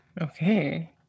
Okay